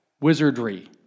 wizardry